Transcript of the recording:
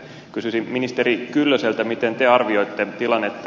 kysyisin ministeri kyllöseltä miten te arvioitte tilannetta